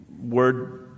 word